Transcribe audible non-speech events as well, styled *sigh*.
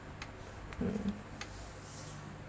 *noise* mm *noise*